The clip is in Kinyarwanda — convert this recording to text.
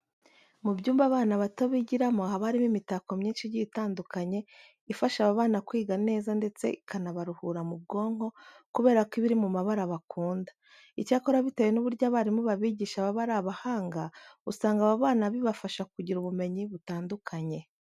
Mu byumba abana bato bigiramo haba harimo imitako myinshi igiye itandukanye ifasha aba bana kwiga neza ndetse ikanabaruhura mu bwonko kubera ko iba iri mu mabara bakunda. Icyakora bitewe n'uburyo abarimu babigisha baba ari abahanga, usanga aba bana bibafasha kugira ubumenyi butandukanye.